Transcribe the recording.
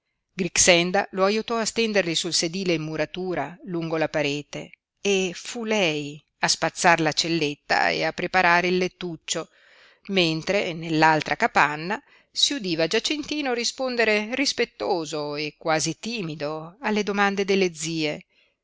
porticina grixenda lo aiutò a stenderli sul sedile in muratura lungo la parete e fu lei a spazzar la celletta e a preparare il lettuccio mentre nell'altra capanna si udiva giacintino rispondere rispettoso e quasi timido alle domande delle zie